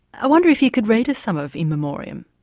i wonder if you could read us some of in memoriam?